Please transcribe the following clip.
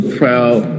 proud